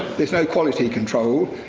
there's no quality control.